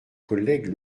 collègue